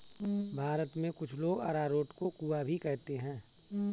भारत में कुछ लोग अरारोट को कूया भी कहते हैं